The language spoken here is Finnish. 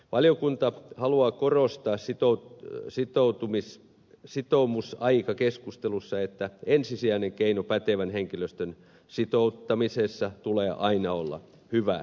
valiokunta haluaa korostaa sitoutumisaikakeskustelussa että ensisijaisen keinon pätevän henkilöstön sitouttamisessa tulee olla aina hyvä henkilöstöpolitiikka